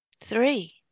Three